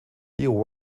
leo